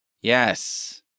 Yes